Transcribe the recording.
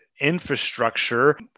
infrastructure